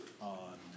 on